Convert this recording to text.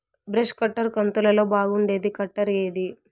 Brush cutter కంతులలో బాగుండేది cutter ఏది?